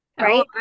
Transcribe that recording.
Right